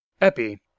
Epi